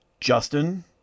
Justin